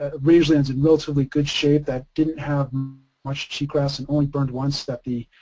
ah rangelands in relatively good shape that didn't have much cheatgrass and only burned once that the,